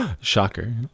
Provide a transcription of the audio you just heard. Shocker